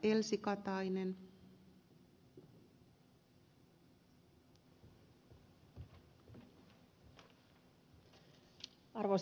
arvoisa rouva puhemies